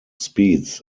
speeds